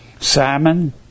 Simon